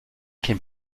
can